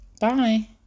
Bye